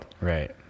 Right